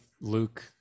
Luke